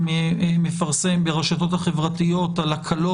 כרגע בגלל המבנה של החוק והפרשנות שניתנת לחוק על ידי משרדי